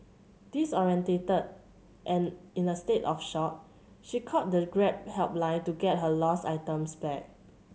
disoriented and in a state of shock she called the Grab helpline to get her lost items back